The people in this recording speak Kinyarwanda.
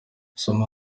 soma